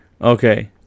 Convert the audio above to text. Okay